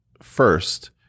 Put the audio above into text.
first